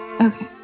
Okay